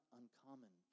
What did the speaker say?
uncommon